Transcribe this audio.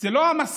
זה לא המסע,